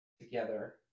together